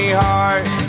heart